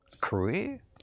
career